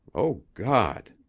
o god!